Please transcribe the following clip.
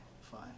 fine